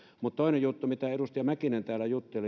mutta toinen juttu kun edustaja mäkinen täällä jutteli